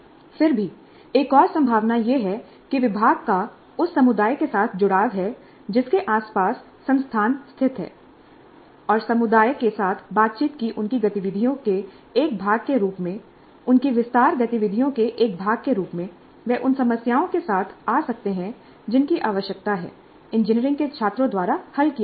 फिर भी एक और संभावना यह है कि विभाग का उस समुदाय के साथ जुड़ाव है जिसके आसपास संस्थान स्थित है और समुदाय के साथ बातचीत की उनकी गतिविधियों के एक भाग के रूप में उनकी विस्तार गतिविधियों के एक भाग के रूप में वे उन समस्याओं के साथ आ सकते हैं जिनकी आवश्यकता है इंजीनियरिंग के छात्रों द्वारा हल किया जाना